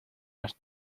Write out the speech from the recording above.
nos